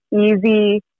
easy